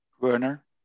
Werner